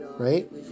Right